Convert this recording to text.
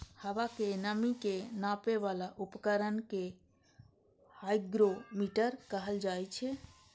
हवा के नमी के नापै बला उपकरण कें हाइग्रोमीटर कहल जाइ छै